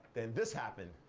then this happened.